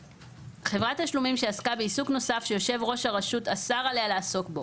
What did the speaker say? חברת תשלומים שעסקה בעיסוק נוסף שיושב ראש הרשות אסר עליה לעסוק בו